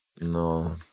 No